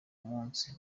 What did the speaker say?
munsi